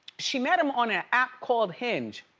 she met him on an app called hinge.